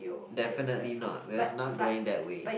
definitely not we're not going that way